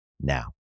now